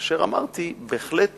כאשר אמרתי: בהחלט